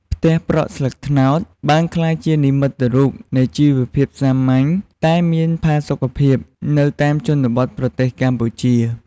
ផ្ទះប្រក់ស្លឹកត្នោតបានក្លាយជានិមិត្តរូបនៃជីវភាពសាមញ្ញតែមានផាសុកភាព នៅតាមជនបទប្រទេសកម្ពុជា។